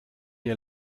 ihr